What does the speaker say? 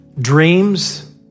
dreams